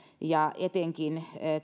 etenkin